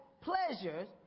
pleasures